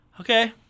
Okay